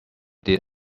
did